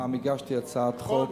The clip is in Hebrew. פעם הגשתי הצעת חוק,